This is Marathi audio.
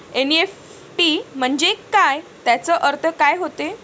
एन.ई.एफ.टी म्हंजे काय, त्याचा अर्थ काय होते?